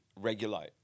regulate